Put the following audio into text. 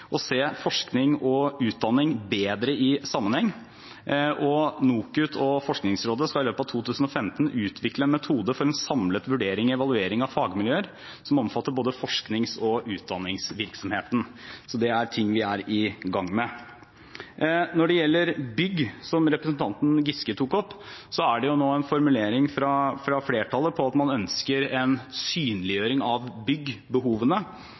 å se forskning og utdanning bedre i sammenheng, og NOKUT og Forskningsrådet skal i løpet av 2015 utvikle en metode for en samlet vurdering og evaluering av fagmiljøer som omfatter både forsknings- og utdanningsvirksomheten. Det er ting vi er i gang med. Når det gjelder bygg, som representanten Giske tok opp, er det nå en formulering fra flertallet om at man ønsker en synliggjøring av byggbehovene